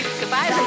goodbye